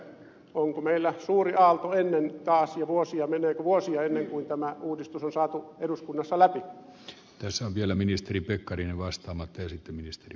onko meillä suuri aalto ennen taas ja meneekö vuosia ennen kuin tämä uudistus on saatu eduskunnassa läpi tässä on vielä ministeri pekkarinen vastaamatta esitti ministeri